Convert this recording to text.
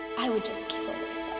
i would just kill